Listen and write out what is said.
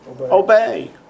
obey